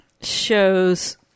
shows